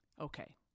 Okay